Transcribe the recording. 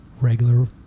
regular